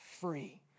free